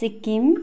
Sikkim